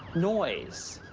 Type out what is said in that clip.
noise,